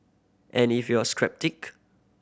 and if you're a strap